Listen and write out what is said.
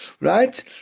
right